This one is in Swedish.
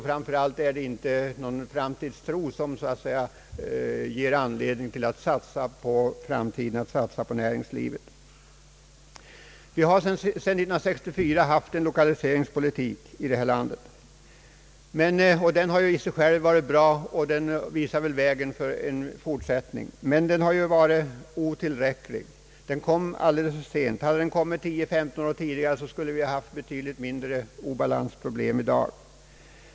Framför allt finns det inte tillräcklig framtidstro som ger anledning att satsa på näringslivets utbyggnad. Vi har sedan år 1964 bedrivit lokaliseringspolitik i detta land. Den har i sig själv varit bra, och den visar vägen för en fortsättning. Men den har varit otillräcklig. Den sattes in alldeles för sent. Om den kommit 10—15 år tidigare hade vi inte haft de problem vi har i dag.